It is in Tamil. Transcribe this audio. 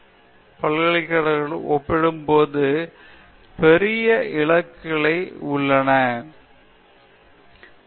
உண்மையான நல்ல ஆராய்ச்சி நடக்கிறது என்பது எனக்குத் தெரியும் ஏனென்றால் பொதுவான கூட்டம் நான் நினைக்கின்ற விஞ்ஞானத்துடன் மிகவும் பயனுள்ளது என்று எனக்குத் தெரியும்